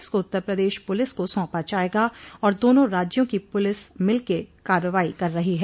इसको उत्तर प्रदेश पुलिस को सौंपा जाएगा और दोनों राज्यों की पुलिस मिलके कार्रवाई कर रही है